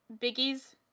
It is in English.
biggies